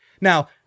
now